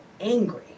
angry